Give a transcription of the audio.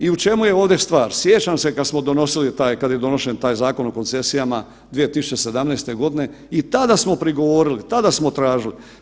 I u čemu je ovdje stvar, sjećam se kad smo donosili taj, kad je donošen taj Zakon o koncesijama 2017. godine i tada smo prigovorili i tada smo tražili.